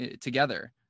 together